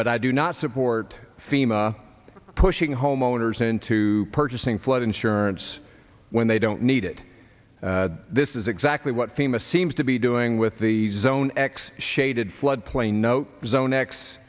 but i do not support fema pushing homeowners into purchasing flood insurance when they don't need it this is exactly what fema seems to be doing with the zone x shaded flood plain note zone